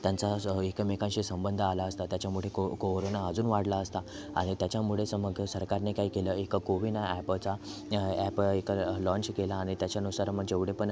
त्यांचा जो एकमेकांशी संबंध आला असता त्याच्यामुळे को कोरोना अजून वाढला असता आणि त्याच्यामुळेच मग सरकारने काय केलं एक कोवीन ॲपचा ॲप एक लॉन्च केला आणि त्याच्यानुसार मग जेवढे पण